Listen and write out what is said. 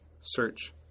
search